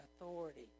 authority